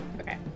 Okay